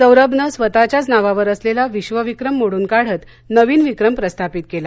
सौरभने स्वतःच्याच नावावर असलेला विश्वविक्रम मोडून काढत नवीन विक्रम प्रस्थापित केला